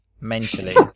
mentally